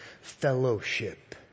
Fellowship